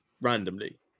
randomly